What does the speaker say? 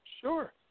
Sure